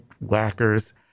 whackers